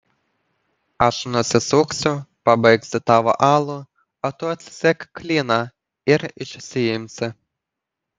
aš nusisuksiu pabaigsiu tavo alų o tu atsisek klyną ir išsiimsi